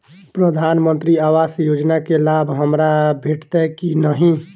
प्रधानमंत्री आवास योजना केँ लाभ हमरा भेटतय की नहि?